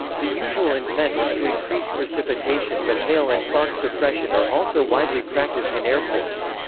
the usual intent is to increase precipitation but hail and fog suppression are also widely practiced in airports.